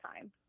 time